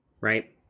right